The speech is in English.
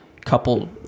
couple